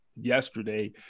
yesterday